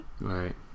Right